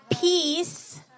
peace